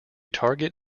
target